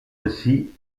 aussi